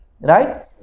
right